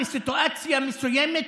בסיטואציה מסוימת,